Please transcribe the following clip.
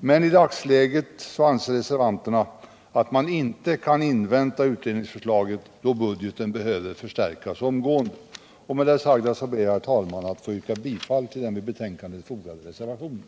men i dagsläget anser reservanterna att man inte kan invänta utredningsförslaget, då budgeten behöver förstärkas omgående. Med det sagda, herr talman, ber jag att få yrka bifall till den vid betänkandet fogade reservationen.